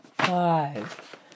Five